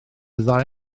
ddau